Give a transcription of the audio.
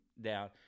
down